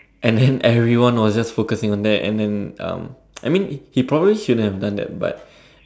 and then everyone was just focusing on that and then um I mean he probably shouldn't have done that but